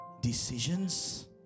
Decisions